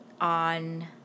on